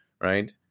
right